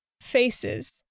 faces